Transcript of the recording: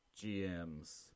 GMs